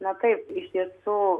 na taip iš tiesų